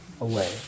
away